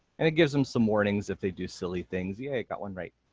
and it gives them some warnings if they do silly things. yay, got one right.